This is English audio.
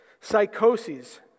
psychoses